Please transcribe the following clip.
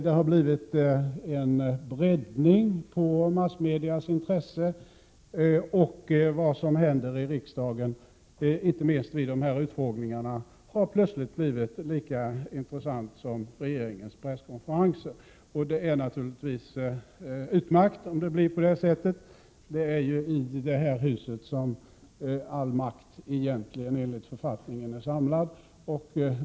Det har blivit en breddning av massmedias intresse, och vad som händer i riksdagen, inte minst vid utskottsutfrågningarna, har plötsligt blivit lika intressant som regeringens presskonferenser. Det är naturligtvis utmärkt om det blir på det sättet. Det är ju i detta hus som all makt enligt författningen är samlad.